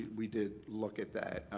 we did look at that,